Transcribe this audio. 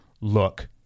look